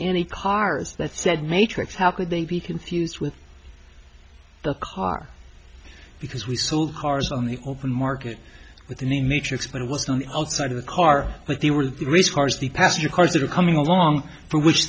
any cars that said matrix how could they be confused with the car because we sold cars on the open market with the name matrix but it was on the outside of the car but they were the race cars the passenger cars that are coming along for which